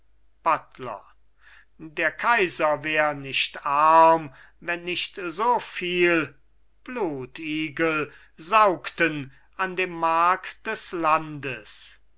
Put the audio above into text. buttler der kaiser wär nicht arm wenn nicht so viel blutigel saugten an dem mark des landes